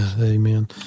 Amen